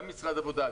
גם עם משרד העבודה,